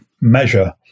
measure